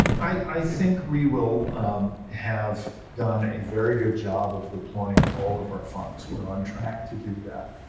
i think we will have done a very good job of deploying all of our funds. we're on track to do that.